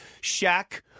Shaq